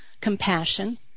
compassion